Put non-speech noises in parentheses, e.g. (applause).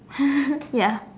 (laughs) ya